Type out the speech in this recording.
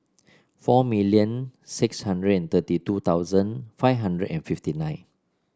four million six hundred and thirty two thousand five hundred and fifty nine